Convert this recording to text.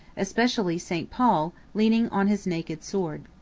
especially st. paul, leaning on his naked sword.